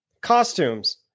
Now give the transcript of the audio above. Costumes